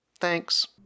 Thanks